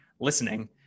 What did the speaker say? listening